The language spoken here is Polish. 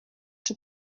czy